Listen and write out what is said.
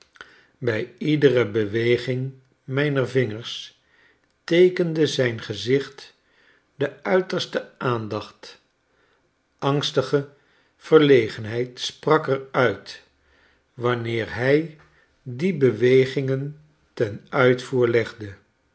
bij iedere beweging mijner vingers teekende zijn gezicht de uiterste aandacht angstige verlegenheid sprak er uit wanneer hij die bewegingen ten uitvoer legde